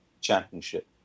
championship